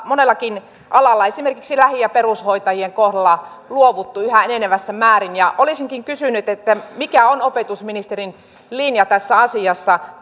monellakin alalla esimerkiksi lähi ja perushoitajien kohdalla luovuttu yhä enenevässä määrin olisinkin kysynyt mikä on opetusministerin linja tässä asiassa